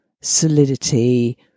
solidity